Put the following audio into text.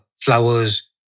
flowers